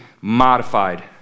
modified